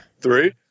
three